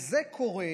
זה קורה